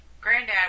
granddad